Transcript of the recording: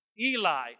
Eli